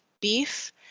beef